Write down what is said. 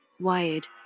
Wired